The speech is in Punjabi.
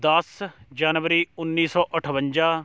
ਦਸ ਜਨਵਰੀ ਉੱਨੀ ਸੌ ਅਠਵੰਜਾ